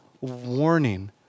warning